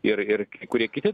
ir ir kurie kiti